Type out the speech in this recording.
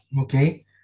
Okay